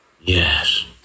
Yes